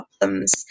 problems